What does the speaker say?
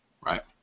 Right